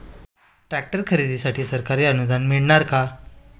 Tractor खरेदीसाठी सरकारी अनुदान मिळणार का?